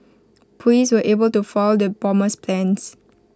Police were able to foil the bomber's plans